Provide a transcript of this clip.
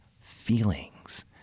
feelings